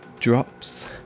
Drops